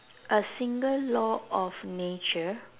a single law of nature